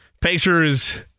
Pacers